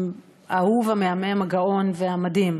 האהוב, המהמם, הגאון והמדהים,